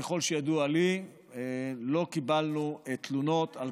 ככל שידוע לי לא קיבלנו תלונות על,